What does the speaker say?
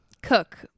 Cook